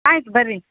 ಆಯ್ತು ಬನ್ರಿ